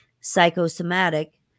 psychosomatic